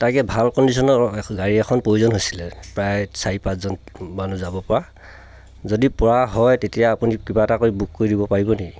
তাকে ভাল কণ্ডিশ্যনৰ গাড়ী এখন প্ৰয়োজন হৈছিলে প্ৰায় চাৰি পাঁচজন মানুহ যাব পৰা যদি পৰা হয় তেতিয়া আপুনি কিবা এটা কৰি বুক কৰি দিব পাৰিব নেকি